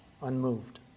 unmoved